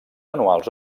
anuals